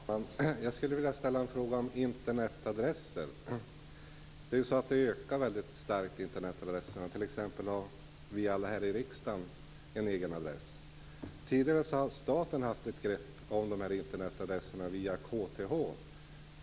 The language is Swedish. Herr talman! Jag vill ställa en fråga om Internetadresser. Användningen av dessa ökar väldigt snabbt. Alla vi här i riksdagen har t.ex. en egen adress. Tidigare har staten haft ett grepp om Internetadresserna via KTH.